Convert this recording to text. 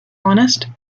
honest